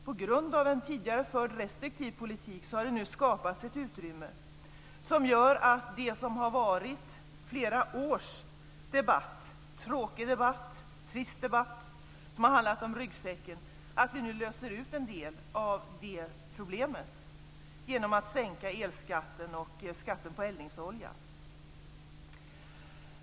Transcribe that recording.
På grund av en tidigare förd restriktiv politik har det nu skapats ett utrymme som gör att vi kan lösa en del av de problem som har präglat flera års debatt - en tråkig och trist debatt som har handlat om ryggsäcken - genom att sänka elskatten och skatten på eldningsolja.